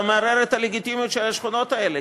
מערער את הלגיטימיות של השכונות האלה,